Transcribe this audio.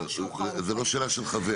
זה לא שאלה של חבר.